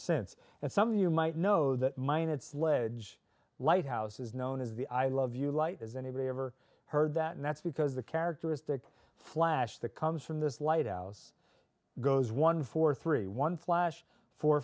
since and some of you might know that mine its ledge lighthouse is known as the i love you light has anybody ever heard that and that's because the characteristic flash that comes from this lighthouse goes one four three one flash for